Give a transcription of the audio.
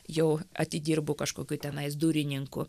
jau atidirbu kažkokiu tenais durininku